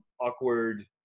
awkward